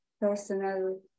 personal